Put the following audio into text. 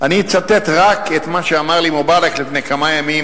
אני אצטט רק את מה שאמר לי מובארק לפני כמה ימים,